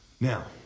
now